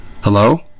Hello